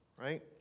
right